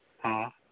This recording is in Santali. ᱦᱮᱸ